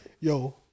Yo